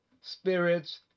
spirits